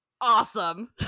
awesome